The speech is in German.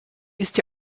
ist